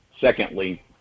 secondly